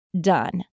Done